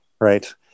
right